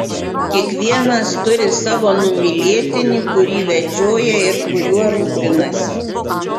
kiekvienas turi savo numylėtinį kurį vedžioja ir kuriuo rūpinasi